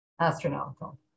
astronomical